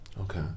Okay